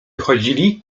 chodzili